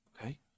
Okay